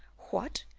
what!